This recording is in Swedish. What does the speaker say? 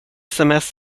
sms